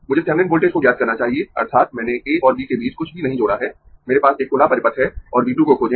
मुझे Thevenin voltage को ज्ञात करना चाहिए अर्थात् मैने A और B के बीच कुछ भी नहीं जोड़ा है मेरे पास एक खुला परिपथ है और V 2 को खोजें